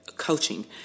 Coaching